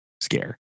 scare